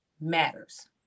matters